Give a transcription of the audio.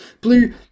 Blue